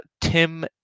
Tim